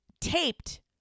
taped